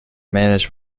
managed